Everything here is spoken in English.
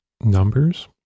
numbers